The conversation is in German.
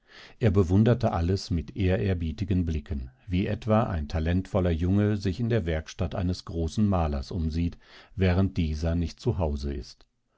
er bewunderte alles mit ehrerbietigen blicken wie etwa ein talentvoller junge sich in der werkstatt eines großen malers umsieht während dieser nicht zu hause ist